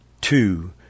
two